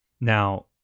Now